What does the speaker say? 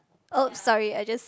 !oops! sorry I just